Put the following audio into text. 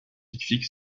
classique